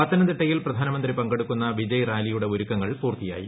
പത്തനംതിട്ടയിൽ പ്രധാനമന്ത്രി പങ്കെടുക്കുന്ന വിജയ്റാലിയുടെ ഒരുക്കങ്ങൾ പൂർത്തിയായി